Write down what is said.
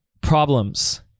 problems